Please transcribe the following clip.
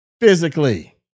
physically